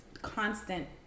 constant